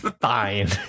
Fine